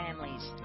families